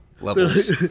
levels